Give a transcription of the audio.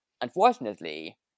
Unfortunately